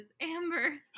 Amber